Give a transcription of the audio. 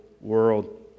world